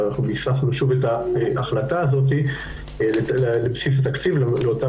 ואנחנו נשמח לשוב להחלטה הזאת להוסיף תקציב לאותם